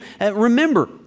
remember